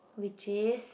which is